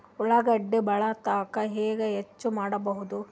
ಉಳ್ಳಾಗಡ್ಡಿ ಬಾಳಥಕಾ ಹೆಂಗ ಹೆಚ್ಚು ಮಾಡಬಹುದು?